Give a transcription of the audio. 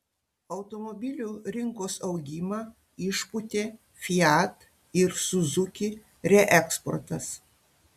automobilių rinkos augimą išpūtė fiat ir suzuki reeksportas